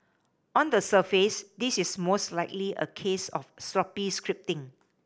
on the surface this is most likely a case of sloppy scripting